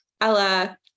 Ella